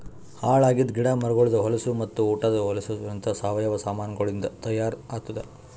ಹಾಳ್ ಆಗಿದ್ ಗಿಡ ಮರಗೊಳ್ದು ಹೊಲಸು ಮತ್ತ ಉಟದ್ ಹೊಲಸುಲಿಂತ್ ಸಾವಯವ ಸಾಮಾನಗೊಳಿಂದ್ ತೈಯಾರ್ ಆತ್ತುದ್